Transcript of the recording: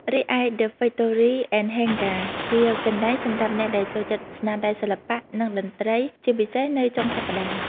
រីឯ The Factory and Hangar (ហ៊េងហ្គា) ជាកន្លែងសម្រាប់អ្នកដែលចូលចិត្តស្នាដៃសិល្បៈ និងតន្ត្រី ជាពិសេសនៅចុងសប្តាហ៍។